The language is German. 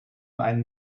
einen